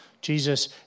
Jesus